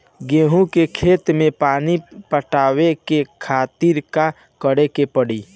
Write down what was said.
गेहूँ के खेत मे पानी पटावे के खातीर का करे के परी?